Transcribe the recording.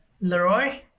Leroy